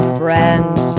friends